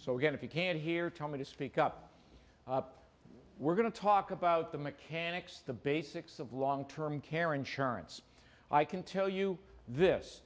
so again if you can't hear tell me to speak up we're going to talk about the mechanics the basics of long term care insurance i can tell you this